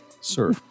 sir